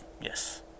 Yes